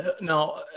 Now